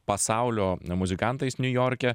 pasaulio muzikantais niujorke